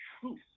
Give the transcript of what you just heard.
truth